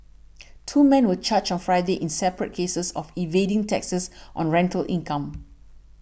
two man were charged on Friday in separate cases of evading taxes on rental income